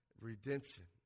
redemption